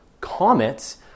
Comets